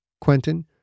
Quentin